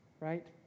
Right